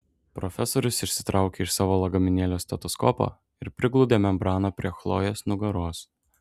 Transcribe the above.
profesorius išsitraukė iš savo lagaminėlio stetoskopą ir priglaudė membraną prie chlojės nugaros